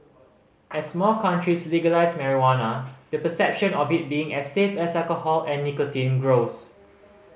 as more countries legalise marijuana the perception of it being as safe as alcohol and nicotine grows